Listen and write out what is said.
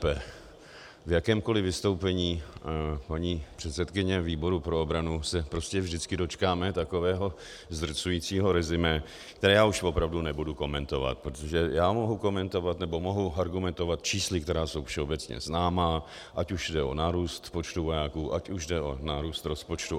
V jakémkoliv vystoupení paní předsedkyně výboru pro obranu se prostě vždycky dočkáme takového zdrcujícího resumé, které já už opravdu nebudu komentovat, protože já mohu komentovat, nebo mohu argumentovat čísly, která jsou všeobecně známá, ať už jde o nárůst počtu vojáků, ať už jde o nárůst rozpočtu atd.